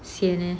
sian leh